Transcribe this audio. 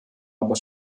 aber